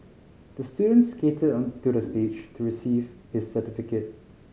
the student skated onto the stage to receive his certificate